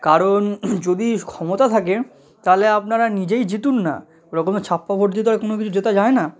কারণ যদি ক্ষমতা থাকে তাহলে আপনারা নিজেই জিতুন না ওরকম ছাপ্পা ভোট দিয়ে তো আর কোনো কিছু জেতা যায় না